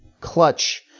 Clutch